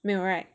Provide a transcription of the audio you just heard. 没有 right